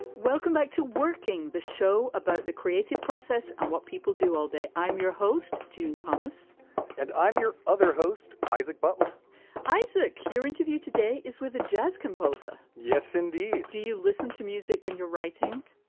welcome back to working the show about the creative process and what people do all day. i'm your host june thomas and i'm your other host, isaac butler isaac, your interview today is with a jazz composer. yes, indeed. do you listen to music when you're writing?